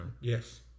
Yes